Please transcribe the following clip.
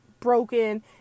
broken